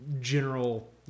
general